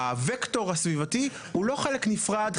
הווקטור הסביבתי הוא לא חלק נפרד,